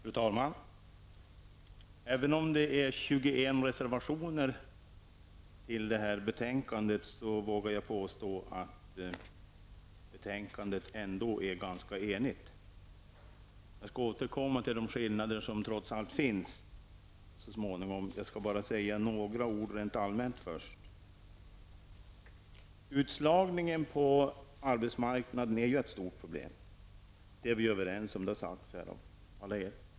Fru talman! Även om 21 reservationer har fogats till detta betänkande vågar jag påstå att utskottet ändå är ganska enigt. Jag skall så småningom återkomma till de skillnader som trots allt finns, men jag skall först säga några ord rent allmänt. Utslagningen på arbetsmarknaden är ett stort problem, det är vi överens om, och det har också sagts tidigare i debatten.